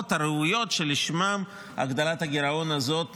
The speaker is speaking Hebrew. הראויות שלשמן הגדלת הגירעון הזאת נעשית.